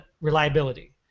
reliability